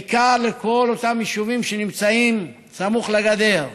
בעיקר לכל אותם יישובים שנמצאים סמוך לגדר.